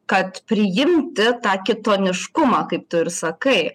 kad priimti tą kitoniškumą kaip tu ir sakai